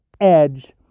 edge